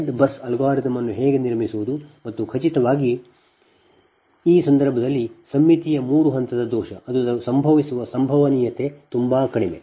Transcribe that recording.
Z bus algorithm ಅನ್ನು ಹೇಗೆ ನಿರ್ಮಿಸುವುದು ಮತ್ತು ಖಚಿತವಾಗಿ ಈ ಸಂದರ್ಭದಲ್ಲಿ ಸಮ್ಮಿತೀಯ ಮೂರು ಹಂತದ ದೋಷ ಅದು ಸಂಭವಿಸುವ ಸಂಭವನೀಯತೆ ತುಂಬಾ ಕಡಿಮೆ